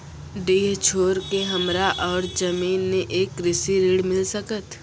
डीह छोर के हमरा और जमीन ने ये कृषि ऋण मिल सकत?